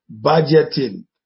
budgeting